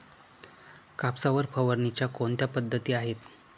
कापसावर फवारणीच्या कोणत्या पद्धती आहेत?